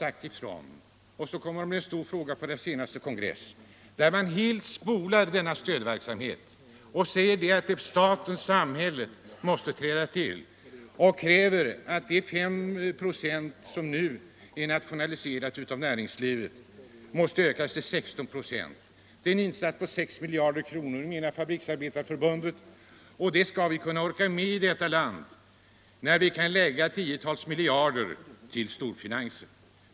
Man tar upp dessa stödåtgärder som en stor fråga på sin kommande kongress och spolar helt denna stödverksamhet. Förbundet säger att samhället måste träda in och öka de 5 96 av näringslivet, som är nationaliserade, till 16 26. Fabriksarbetareförbundet menar att det kräver en insats på 6 miljarder kronor och menar att det orkar vi med i detta land när vi kan lägga tiotals miljarder till storfinansen.